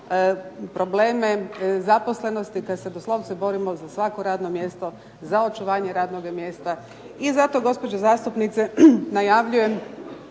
probleme zaposlenosti, kad se doslovce borimo za svako radno mjesto, za očuvanje radnoga mjesta. I zato gospođo zastupnice najavljujem,